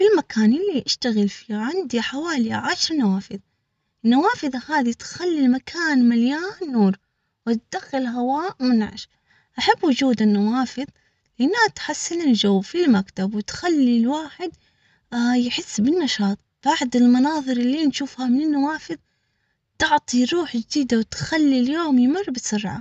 في المكان اللي اشتغل فيه عندي حوالي عشر نوافذ. النوافذ هذي تخلي المكان مليان نور. وتدخل هواء منعش. احب وجود النوافذ انها تحسن الجو في المكتب وتخلي الواحد يحس بالنشاط بعد المناظر اللي نشوفها واحد تعطي روحي كده وتخلي اليوم يمر بسرعة.